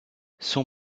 son